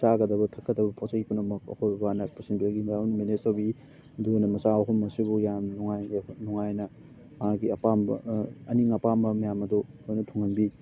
ꯆꯥꯒꯗꯕ ꯊꯛꯀꯗꯕ ꯄꯣꯠ ꯆꯩ ꯄꯨꯝꯅꯃꯛ ꯑꯩꯈꯣꯏ ꯕꯕꯥꯅ ꯄꯨꯁꯤꯟꯕꯤꯔꯛꯏ ꯃꯦꯅꯦꯁ ꯇꯧꯕꯤ ꯑꯗꯨꯒꯅꯦ ꯃꯆꯥ ꯑꯍꯨꯝ ꯑꯁꯤꯕꯨ ꯌꯥꯝ ꯅꯨꯡꯉꯥꯏꯅ ꯃꯥꯒꯤ ꯑꯄꯥꯝꯕ ꯑꯅꯤꯡ ꯑꯄꯥꯝꯕ ꯃꯌꯥꯝ ꯑꯗꯨ ꯂꯣꯏꯅ ꯊꯨꯡꯍꯟꯕꯤ